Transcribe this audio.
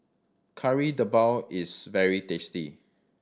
Kari Debal is very tasty